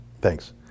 Thanks